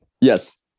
Yes